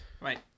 Right